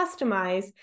customize